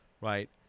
right